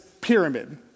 pyramid